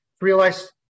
realize